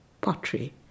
pottery